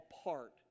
apart